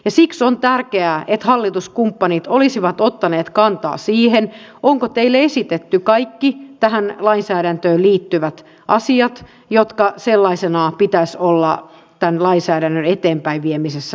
siksi on tärkeää että hallituskumppanit olisivat ottaneet kantaa siihen onko teille esitetty kaikki tähän lainsäädäntöön liittyvät asiat joiden sellaisinaan pitäisi olla tämän lainsäädännön eteenpäinviemisessä tutkittuja